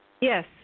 Yes